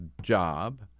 job